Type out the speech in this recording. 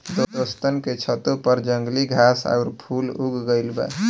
दोस्तन के छतों पर जंगली घास आउर फूल उग गइल बा